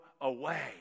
away